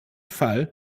fall